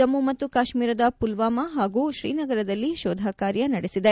ಜಮ್ನು ಮತ್ತು ಕಾಶ್ಮೀರದ ಫುಲ್ವಾಮಾ ಹಾಗೂ ಶ್ರೀನಗರದಲ್ಲಿ ಶೋಧ ನಡೆದಿದೆ